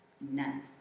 None